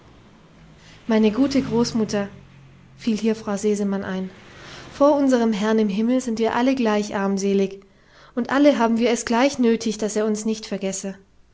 meine gute großmutter fiel hier frau sesemann ein vor unserem herrn im himmel sind wir alle gleich armselig und alle haben wir es gleich nötig daß er uns nicht vergesse